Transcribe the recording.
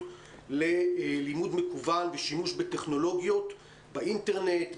ללימוד מקוון ושימוש בטכנולוגיות באינטרנט,